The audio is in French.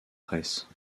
presse